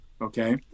okay